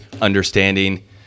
understanding